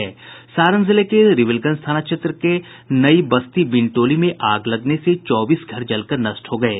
सारण जिले के रिविलगंज थाना क्षेत्र के नईबसती बीन टोली में आग लगने से चौबीस घर जलकर नष्ट हो गये